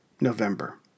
November